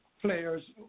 players